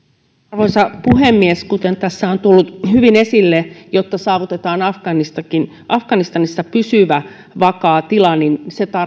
arvoisa puhemies kuten tässä on tullut hyvin esille jotta saavutetaan afganistanissa pysyvä vakaa tila niin se